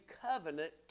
covenant